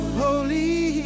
holy